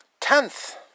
tenth